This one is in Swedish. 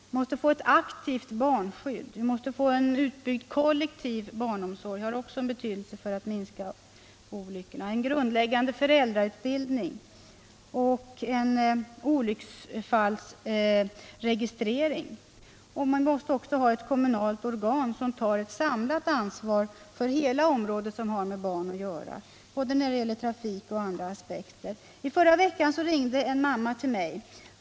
Vi måste få ett aktivt barnskydd, utbyggd kollektiv barnomsorg — det har också betydelse för att minska olyckorna —, en grundläggande föräldrautbildning och en olycksfallsregistrering. Vi behöver dessutom ett kommunalt organ som tar ett samlat ansvar för hela det område som har med barn att göra både när det gäller trafik och när det gäller andra aspekter. I förra veckan ringde en mamma till mig.